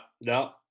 no